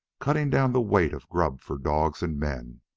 cutting down the weight of grub for dogs and men.